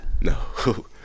No